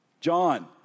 John